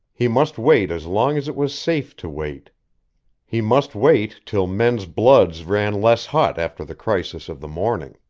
he must wait as long as it was safe to wait he must wait till men's bloods ran less hot after the crisis of the morning.